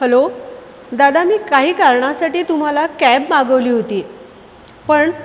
hello दादा मी काही कारणासाठी तुम्हाला कॅब मागवली होती पण